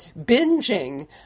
binging